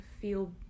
feel